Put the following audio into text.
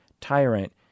tyrant